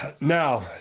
now